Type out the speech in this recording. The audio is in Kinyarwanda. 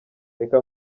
reka